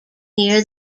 near